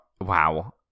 Wow